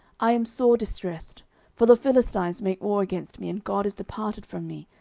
i am sore distressed for the philistines make war against me, and god is departed from me,